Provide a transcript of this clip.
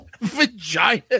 Vagina